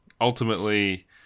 ultimately